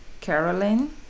Caroline